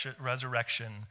resurrection